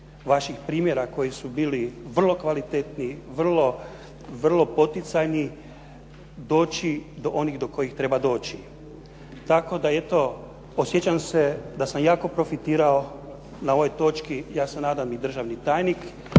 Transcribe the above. vaših primjera koji su bili vrlo kvalitetni, vrlo poticajni doći do onih do kojih treba doći. Tako da eto osjećam se da sam jako profitirao na ovoj točki, ja se nadam i državni tajnik.